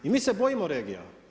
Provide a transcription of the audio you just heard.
I mi se bojimo regija.